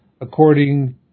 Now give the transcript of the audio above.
according